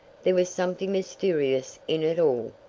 there was something mysterious in it all.